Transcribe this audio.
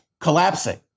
collapsing